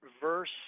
verse